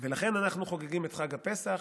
לכן אנחנו חוגגים את חג הפסח,